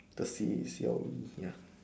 the C C_O_E ya